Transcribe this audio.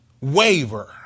waver